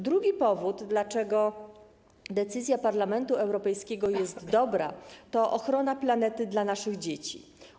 Drugi powód, dla którego decyzja Parlamentu Europejskiego jest dobra, to ochrona planety dla naszych dzieci.